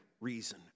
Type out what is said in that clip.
reason